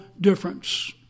difference